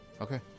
Okay